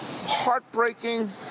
heartbreaking